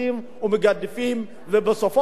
ובסופו של דבר הם מתהלכים חופשי.